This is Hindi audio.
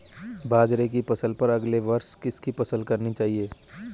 बाजरे की फसल पर अगले वर्ष किसकी फसल करनी चाहिए?